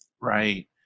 Right